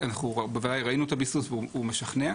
אנחנו בוודאי ראינו את הביסוס והוא משכנע.